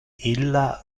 illa